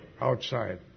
outside